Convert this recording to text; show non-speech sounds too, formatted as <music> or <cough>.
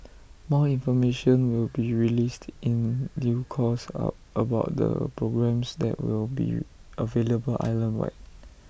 more information will be released in due course <hesitation> about the programmes <noise> that will be available <noise> island wide